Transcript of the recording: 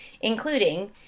including